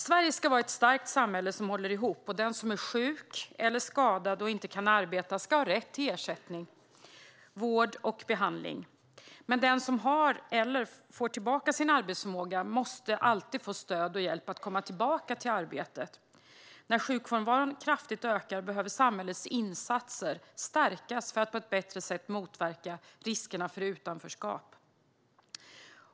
Sverige ska vara ett starkt samhälle som håller ihop. Den som är sjuk eller skadad och inte kan arbeta ska ha rätt till ersättning, vård och behandling. Men den som har eller får tillbaka sin arbetsförmåga måste alltid få stöd och hjälp att komma tillbaka till arbetet. När sjukfrånvaron kraftigt ökar behöver samhällets insatser stärkas för att på ett bättre sätt motverka riskerna för utanförskap.